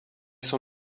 son